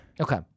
Okay